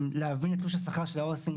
להבין את תלוש השכר של העו"סים,